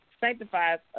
sanctifies